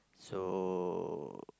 so